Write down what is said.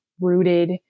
rooted